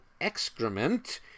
excrement